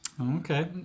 Okay